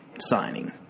signing